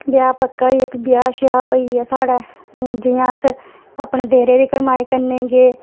ब्याह् पक्का होई गेआ भी ब्याह् होआ साढ़ा हून जि'यां अस अपने देरै दी कड़माई करने गी गे